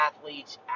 athletes